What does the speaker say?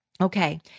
Okay